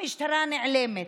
המשטרה נעלמת.